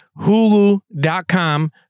hulu.com